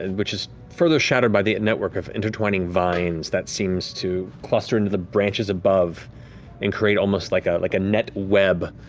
and which is further shattered by the network of intertwining vines that seems to cluster into the branches above and create, like ah like, a net web,